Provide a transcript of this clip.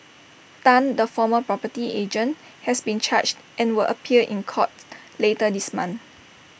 Tan the former property agent has been charged and will appear in court later this month